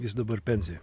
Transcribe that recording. jis dabar pensijoj